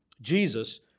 Jesus